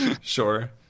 Sure